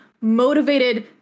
motivated